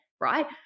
right